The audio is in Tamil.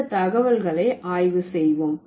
இந்த தகவல்களை ஆய்வு செய்வோம்